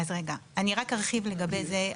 אני רק ארחיב לגבי זה.